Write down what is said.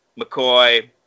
McCoy